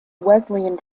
wesleyan